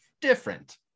different